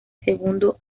segundo